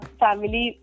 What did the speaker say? family